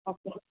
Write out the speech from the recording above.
okay